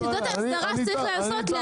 שזו ההסדרה שצריך לעשות,